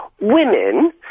Women